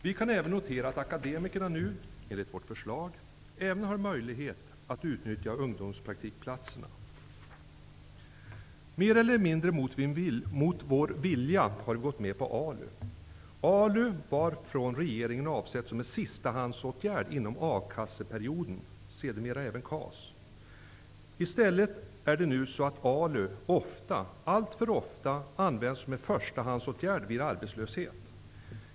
Vi kan notera att akademikerna nu -- enligt vårt förslag -- även har möjlighet att utnyttja ungdomspraktikplatserna. Mer eller mindre mot vår vilja har vi gått med på ALU. ALU var av regeringen avsedd som en sistahandsåtgärd inom a-kasseperioden, sedermera även KAS. I stället är det så att ALU ofta -- alltför ofta -- används som en förstahandsåtgärd vid arbetslöshet.